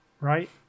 Right